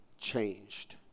changed